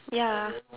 ya